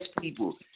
people